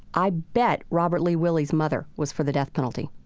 i bet robert lee willie's mother was for the death penalty.